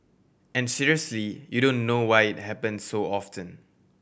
and seriously you don't know why it happen so often